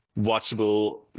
watchable